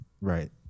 Right